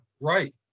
right